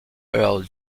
earl